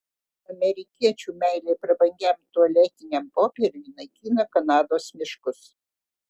amerikiečių meilė prabangiam tualetiniam popieriui naikina kanados miškus